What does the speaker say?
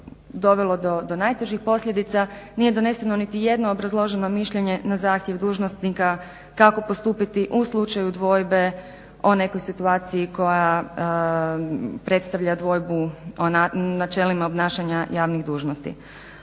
dovelo do najtežih posljedica, nije doneseno niti jedno obrazloženo mišljenje na zahtjev dužnosnika kako postupati u slučaju dvojbe o nekoj situaciji koja predstavlja dvojbu o načelima obnašanja javnih dužnosti.